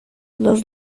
los